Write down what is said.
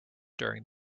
during